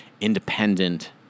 independent